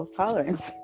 tolerance